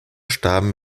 starben